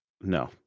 No